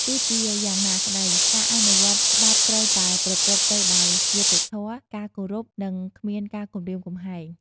ទោះជាយ៉ាងនេះក្ដី ការអនុវត្តច្បាប់ត្រូវតែប្រព្រឹត្តទៅដោយ យុត្តិធម៌ ការគោរព និង គ្មានការគំរាមកំហែង។